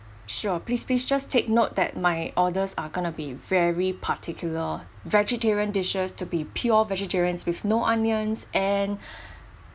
sure please please just take note that my orders are going to be very particular vegetarian dishes to be pure vegetarians with no onions and